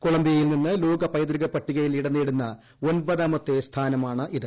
കൊളംബിയയിൽ നിന്ന് ലോക പൈതൃക പട്ടികയിൽ ഇടം നേടുന്ന ഒൻപതാമത്തെ സ്ഥാനമാണിത്